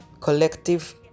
collective